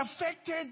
affected